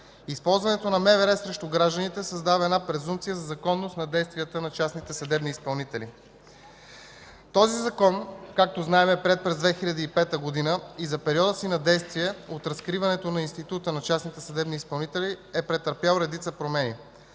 Използването на МВР срещу гражданите създава една презумпция за законност на действието на частните съдебни изпълнители. Този Закон, както знаем, е приет през 2005 г. и за периода си на действие от разкриването на Института на частните съдебни изпълнители е претърпял редица промени.